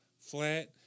flat